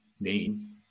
name